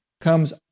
comes